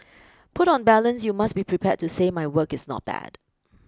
put on balance you must be prepared to say my work is not bad